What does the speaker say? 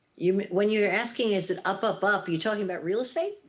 you mean when you're asking, is it up, up, up? you're talking about real estate?